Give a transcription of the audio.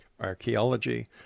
archaeology